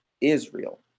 Israel